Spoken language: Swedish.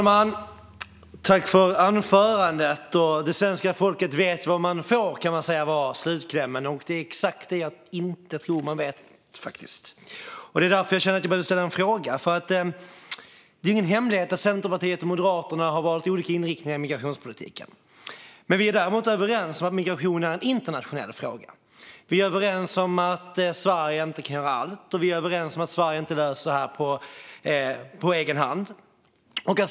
Herr talman! Svenska folket vet vad man får, kan man säga var slutklämmen. Därför känner jag att jag behöver ställa en fråga. Det är ju ingen hemlighet att Centerpartiet och Moderaterna har valt olika inriktningar i migrationspolitiken. Men vi är däremot överens om att migration är en internationell fråga. Vi är överens om att Sverige inte kan göra allt, och vi är överens om att Sverige inte löser detta på egen hand.